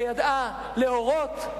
שידעה להורות,